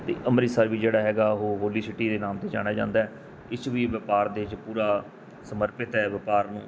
ਅਤੇ ਅੰਮ੍ਰਿਤਸਰ ਵੀ ਜਿਹੜਾ ਹੈਗਾ ਉਹ ਹੋਲੀ ਸਿਟੀ ਦੇ ਨਾਮ 'ਤੇ ਜਾਣਿਆ ਜਾਂਦਾ ਇਸ 'ਚ ਵੀ ਵਪਾਰ ਦੇ ਵਿੱਚ ਪੂਰਾ ਸਮਰਪਿਤ ਹੈ ਵਪਾਰ ਨੂੰ